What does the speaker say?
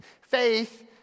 Faith